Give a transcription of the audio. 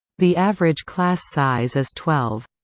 the average class size is twelve.